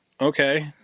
okay